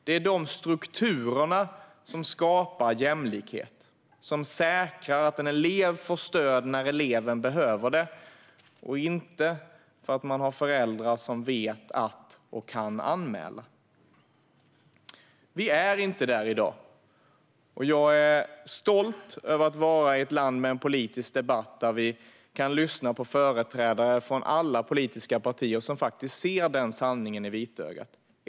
Det är de strukturerna som skapar jämlikhet och säkrar att en elev får stöd när eleven behöver det, och inte för att man har föräldrar som vet att man kan anmäla. Vi är inte där i dag. Jag är stolt över att vara i ett land med en politisk debatt där vi kan lyssna på företrädare från alla politiska partier som faktiskt ser den sanningen i vitögat.